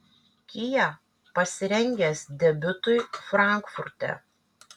kia pasirengęs debiutui frankfurte